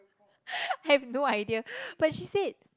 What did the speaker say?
have no idea but she said